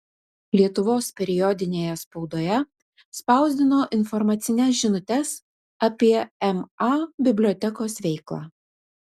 lietuvos periodinėje spaudoje spausdino informacines žinutes apie ma bibliotekos veiklą